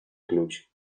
ключ